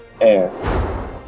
Air